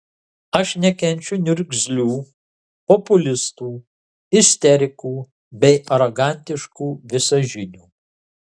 aš nekenčiu niurzglių populistų isterikų bei arogantiškų visažinių